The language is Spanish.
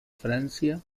francia